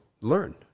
learn